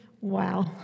wow